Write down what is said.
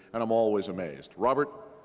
and i'm always amazed. robert